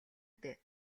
дээ